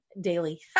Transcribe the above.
daily